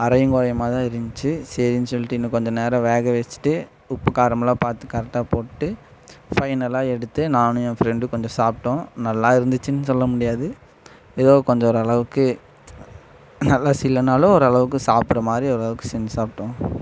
அரையும் குறையுமாதான் இருந்துச்சு சரின்னு சொல்லிட்டு இன்னும் கொஞ்ச நேரம் வேக வச்சிட்டு உப்பு காரமெல்லாம் பார்த்து கரெட்டாக போட்டு ஃபைனலாக எடுத்து நானும் என் ஃப்ரெண்டும் கொஞ்சம் சாப்பிட்டோம் நல்லா இருந்துச்சுன்னு சொல்ல முடியாது ஏதோ கொஞ்சம் ஓரளவுக்கு நல்லா செய்யலனாலும் ஓரளவுக்கு சாப்பிட்றமாரி ஓரளவுக்கு செஞ்சு சாப்பிட்டோம்